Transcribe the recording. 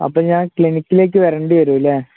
അപ്പോള് ഞാൻ ക്ലിനിക്കിലേക്ക് വരേണ്ടിവരുമല്ലേ